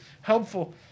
helpful